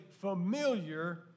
familiar